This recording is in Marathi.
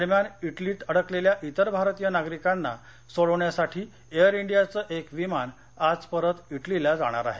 दरम्यान विलीत अडकलेल्या विर भारतीय नागरिकांना सोडवण्यासाठी एअर विडियाचं एक विमान आज परत तेलीला जाणार आहे